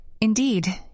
Indeed